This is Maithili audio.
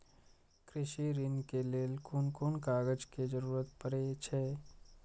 कृषि ऋण के लेल कोन कोन कागज के जरुरत परे छै?